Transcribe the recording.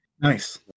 Nice